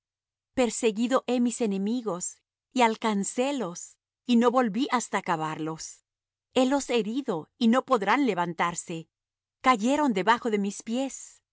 perseguido he mis enemigos y alcancélos y no volví hasta acabarlos helos herido y no podrán levantarse cayeron debajo de mis pies